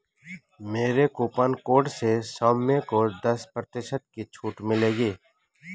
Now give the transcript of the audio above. मेरे coupon code से सौम्य को दस प्रतिशत की छूट मिलेगी